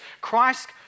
Christ